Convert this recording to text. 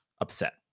upset